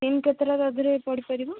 sim କେତେଟା ତା ଦେହରେ ପଡ଼ିପାରିବ